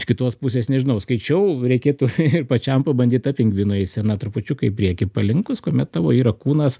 iš kitos pusės nežinau skaičiau reikėtų ir pačiam pabandyt tą pingvino eiseną trupučiuką į priekį palinkus kuomet tavo yra kūnas